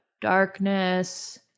darkness